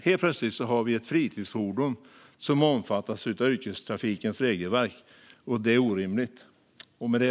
Helt plötsligt har vi ett fritidsfordon som omfattas av yrkestrafikens regelverk. Det är orimligt.